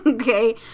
Okay